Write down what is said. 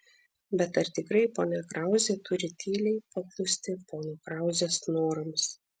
bet ar tikrai ponia krauzė turi tyliai paklusti pono krauzės norams